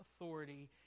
authority